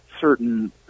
certain